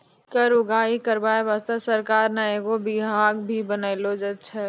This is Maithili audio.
कर उगाही करबाय बासतें सरकार ने एगो बिभाग भी बनालो छै